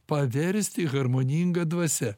paversti harmoninga dvasia